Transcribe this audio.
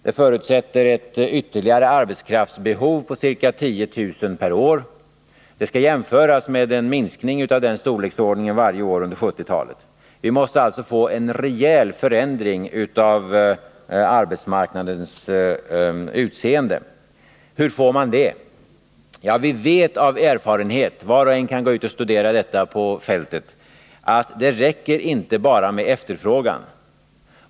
Det förutsätter i sin tur en ökning av arbetskraften med ca 10 000 personer per år, vilket skall jämföras med motsvarande minskning varje år under 1970-talet. Arbetsmarknadens utseende måste alltså genomgå en rejäl förändring. Hur åstadkommer vi det? Ja, av erfarenhet vet vi — var och en kan studera det på fältet — att det inte räcker med att bara efterfråga arbetskraft.